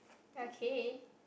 okay